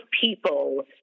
people